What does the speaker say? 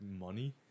money